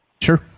Sure